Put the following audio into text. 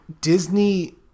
Disney